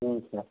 sir